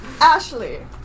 Ashley